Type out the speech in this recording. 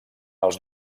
els